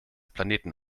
planeten